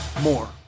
more